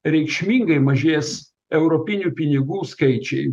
reikšmingai mažės europinių pinigų skaičiai